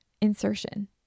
insertion